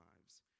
lives